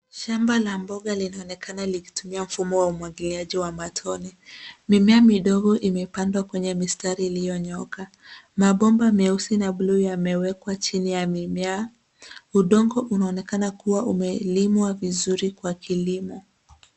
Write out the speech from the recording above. Shamba la mboga linaonekana likitumia mfumo wa umwagiliaji wa matone. Mimea midogo imepandwa kwenye midogo imepandwa kwenye mistari iliyonyooka. Mabomba meusi na buluu yamewekwa chini ya mimea. Udongo unaonekana kuwa umelimwa vizuri kwa kilimo.